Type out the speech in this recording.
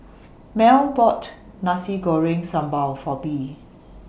Mell bought Nasi Goreng Sambal For Bee